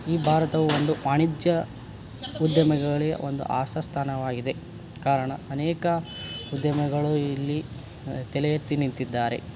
ಈ ಭಾರತವು ಒಂದು ವಾಣಿಜ್ಯ ಉದ್ಯಮಿಗಳಿಗೆ ಒಂದು ಆಶಾಸ್ಥಾನವಾಗಿದೆ ಕಾರಣ ಅನೇಕ ಉದ್ಯಮಿಗಳು ಇಲ್ಲಿ ತಲೆಯೆತ್ತಿ ನಿಂತಿದ್ದಾರೆ